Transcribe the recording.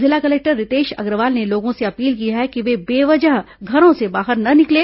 जिला कलेक्टर रितेश अग्रवाल ने लोगों से अपील की है कि वे बेवजह घरों से बाहर न निकलें